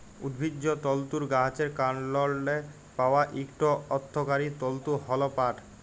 উদ্ভিজ্জ তলতুর গাহাচের কাল্ডলে পাউয়া ইকট অথ্থকারি তলতু হ্যল পাট